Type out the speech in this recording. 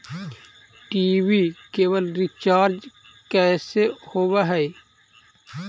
TV cable recharge कैसे होब हइ?